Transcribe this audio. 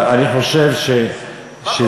אבל אני חושב שזה,